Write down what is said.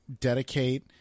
dedicate